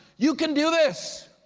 you can do this.